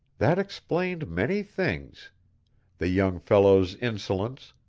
that explained many things the young fellow's insolence,